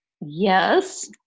Yes